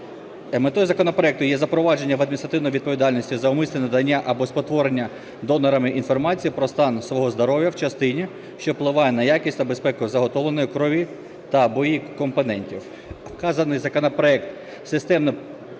Метою законопроекту є запровадження адміністративної відповідальності за умисне надання або спотворення донорами інформації про стан свого здоров'я в частині, що впливає на якість та безпеку заготовленої крові та (або) її компонентів.